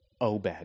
Obed